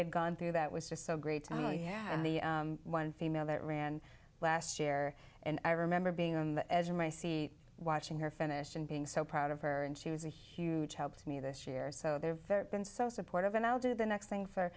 had gone through that was just so great oh yeah the one female that ran last year and i remember being on the edge of my c watching her finish and being so proud of her and she was a huge help to me this year so the been so supportive and i'll do the next thing